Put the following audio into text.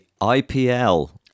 IPL